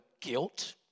guilt